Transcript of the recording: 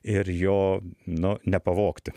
ir jo nu nepavogti